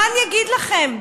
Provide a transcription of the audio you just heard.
מה אני אגיד לכם.